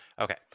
Okay